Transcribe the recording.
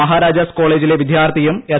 മഹാരാജാസ് കോളേജിലെ വിദ്യാർത്ഥിയും എസ്